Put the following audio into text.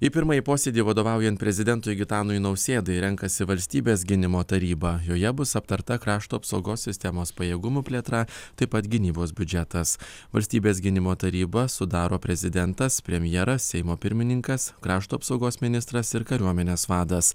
į pirmąjį posėdį vadovaujant prezidentui gitanui nausėdai renkasi valstybės gynimo taryba joje bus aptarta krašto apsaugos sistemos pajėgumų plėtra taip pat gynybos biudžetas valstybės gynimo tarybą sudaro prezidentas premjeras seimo pirmininkas krašto apsaugos ministras ir kariuomenės vadas